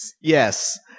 Yes